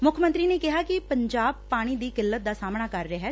ਮੁੱਖ ਮੰਤਰੀ ਨੇ ਕਿਹਾ ਕਿ ਪੰਜਾਬ ਪਾਣੀ ਦੀ ਕਿੱਲਤ ਦਾ ਸਾਹਮਣਾ ਕਰ ਰਿਹੈ